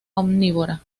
omnívora